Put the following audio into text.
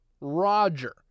Roger